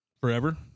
forever